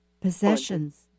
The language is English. possessions